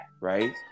right